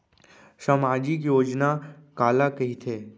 सामाजिक योजना काला कहिथे?